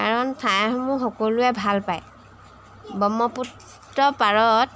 কাৰণ ঠাইসমূহ সকলোৱে ভাল পায় ব্ৰহ্মপুত্ৰ পাৰত